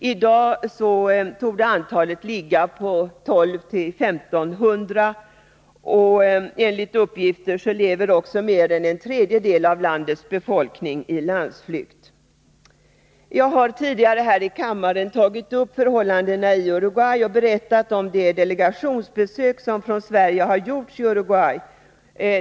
I dag torde antalet politiska fångar uppgå till 1 200 å 1 500. Enligt uppgifter lever också mer än en tredjedel av landets befolkning i landsflykt. Jag har tidigare här i kammaren tagit upp förhållandena i Uruguay och berättat om det delegationsbesök som från Sverige gjorts i Uruguay.